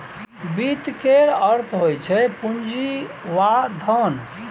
वित्त केर अर्थ होइ छै पुंजी वा धन